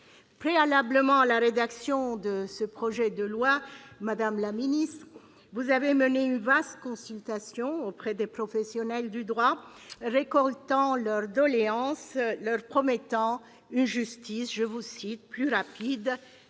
Préalablement à la rédaction de ce projet de loi, madame la ministre, vous avez mené une vaste consultation auprès des professionnels du droit, récoltant leurs doléances, leur promettant une justice « plus rapide,